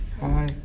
Hi